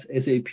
SAP